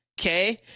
okay